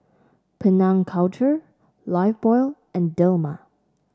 Penang Culture Lifebuoy and Dilmah